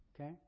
Okay